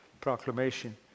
proclamation